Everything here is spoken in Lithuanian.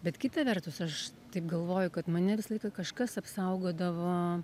bet kita vertus aš taip galvoju kad mane visą laiką kažkas apsaugodavo